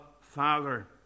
Father